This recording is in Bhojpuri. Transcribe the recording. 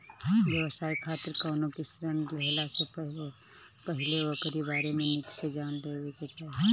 व्यवसाय खातिर कवनो भी ऋण लेहला से पहिले ओकरी बारे में निक से जान लेवे के चाही